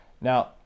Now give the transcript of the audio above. Now